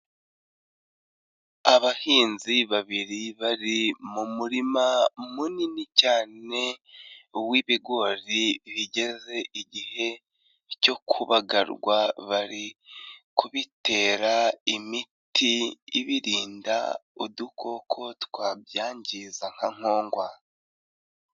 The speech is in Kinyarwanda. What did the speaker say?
Abahinzi babiri bari mu murima munini cyane w'ibigori bigeze igihe cyo kubagarwa, bari kubitera imiti ibirinda udukoko twabyangiza nka nkongwa.